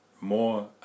more